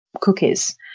cookies